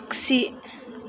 आगसि